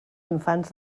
infants